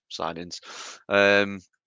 signings